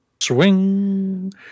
Swing